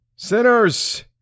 Sinners